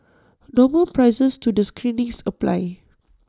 normal prices to the screenings apply